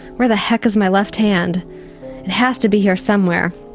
where the heck is my left hand? it has to be here somewhere.